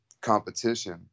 competition